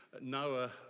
noah